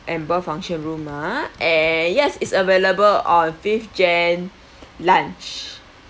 amber function room ah and yes it's available on fifth jan lunch